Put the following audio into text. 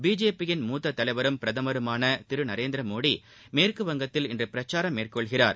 பிஜேபியிள் மூத்த தலைவரும் பிரதருமான திரு நரேந்திரமோடி மேற்கு வங்கத்தில் இன்று பிரச்சாரம் மேற்கொள்கிறார்